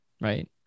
right